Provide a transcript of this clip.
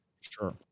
Sure